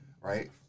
right